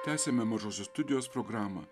tęsiame mažosios studijos programą